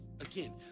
Again